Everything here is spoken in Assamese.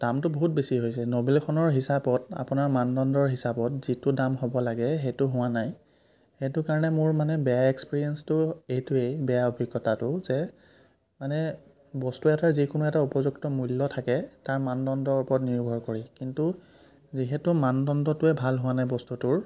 দামটো বহুত বেছি হৈছে নবেল এখনৰ হিচাপত আপোনাৰ মানদণ্ডৰ হিচাপত যিটো দাম হ'ব লাগে সেইটো হোৱা নাই সেইটো কাৰণে মোৰ মানে বেয়া এক্সপিৰিয়েঞ্চটো এইটোৱেই বেয়া অভিজ্ঞতাটো যে মানে বস্তু এটাৰ যিকোনো এটা উপযুক্ত মূল্য থাকে তাৰ মানদণ্ডৰ ওপৰত নিৰ্ভৰ কৰি কিন্তু যিহেতু মানদণ্ডটোৱে ভাল হোৱা নাই বস্তুটোৰ